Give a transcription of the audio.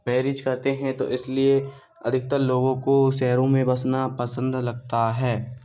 marriage करते हैं तो इसलिए अधिकतर लोगों को शहरों में बसना पसंद लगता है